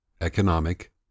economic